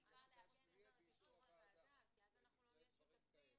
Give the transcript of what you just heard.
--- את אישור הוועדה כי אז אנחנו לא נהיה שותפים